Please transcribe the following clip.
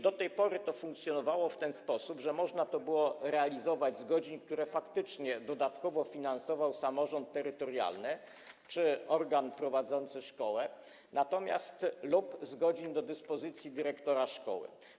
Do tej pory to funkcjonowało w ten sposób, że można to było realizować w ramach godzin, które faktycznie dodatkowo finansował samorząd terytorialny czy organ prowadzący szkołę, lub godzin do dyspozycji dyrektora szkoły.